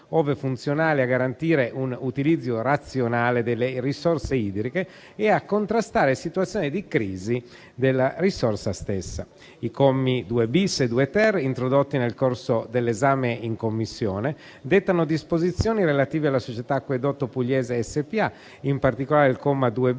ove funzionali a garantire un utilizzo razionale delle risorse idriche e a contrastare situazioni di crisi della risorsa stessa. I commi 2-*bis* e 2-*ter*, introdotti nel corso dell'esame in Commissione, dettano disposizioni relative alla società Acquedotto Pugliese SpA. In particolare, il comma